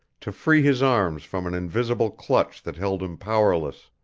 to free his arms from an invisible clutch that held him powerless.